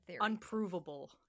unprovable